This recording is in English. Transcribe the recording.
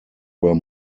were